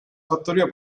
fattoria